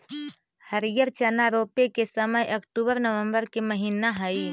हरिअर चना रोपे के समय अक्टूबर नवंबर के महीना हइ